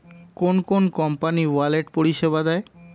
কোন কোন company wallet পরিষেবা দেয়?